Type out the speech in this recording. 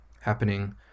happening